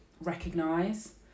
recognize